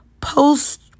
post